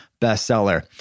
bestseller